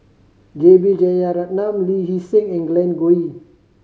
J B Jeyaretnam Lee Hee Seng and Glen Goei